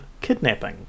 kidnapping